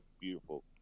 beautiful